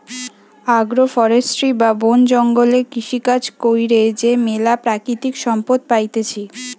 agro forestry বা বন জঙ্গলে কৃষিকাজ কইরে যে ম্যালা প্রাকৃতিক সম্পদ পাইতেছি